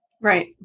Right